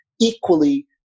equally